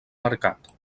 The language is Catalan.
mercat